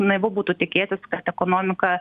naivu būtų tikėtis kad ekonomika